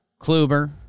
Kluber